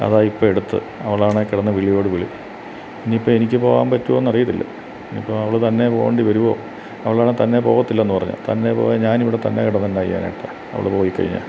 അതായിപ്പം എടുത്തെ അവളാണേക്കിടന്ന് വിളിയോടു വിളി ഇനിയിപ്പം എനിക്കു പോകാൻ പറ്റുമോയെന്നറിയത്തില്ല ഇനിയിപ്പോൾ അവൾ തന്നെ പോകേണ്ടി വരുമോ അവളാണെ തന്നെപോകത്തില്ലെന്നു പറഞ്ഞെ തന്നെ പോയാൽ ഞാനിവിടെത്തന്നെ കിടന്നെന്നാ ചെയ്യാനായിട്ടാണ് അവൾ പോയിക്കഴിഞ്ഞാൽ